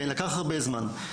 כן, לקח הרבה זמן.